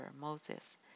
Moses